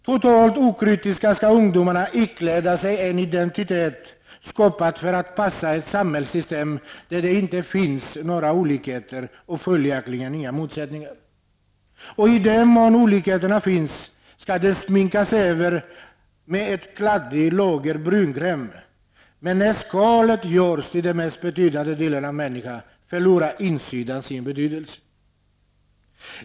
Totalt okritiska skall ungdomarna ikläda sig en identitet skapad för att passa ett samhällssystem där det inte finns några olikheter och följaktligen inga motsättningar. I den mån olikheterna finns, skall de sminkas över med ett kladdigt lager brunkräm. Men när skalet görs till den mest betydande delen av människan, förlorar insidan sin betydelse.